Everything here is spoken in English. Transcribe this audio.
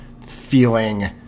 feeling